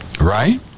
right